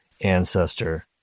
ancestor